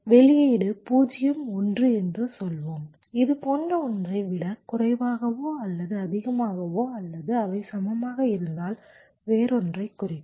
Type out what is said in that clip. வெளியீடு 0 1 என்று சொல்வோம் இது போன்ற ஒன்றை விட குறைவாகவோ அல்லது அதிகமாகவோ அல்லது அவை சமமாக இருந்தால் வேறொன்றைக் குறிக்கும்